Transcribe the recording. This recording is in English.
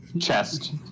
chest